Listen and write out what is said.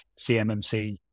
CMMC